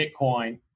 Bitcoin